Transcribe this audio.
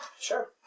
Sure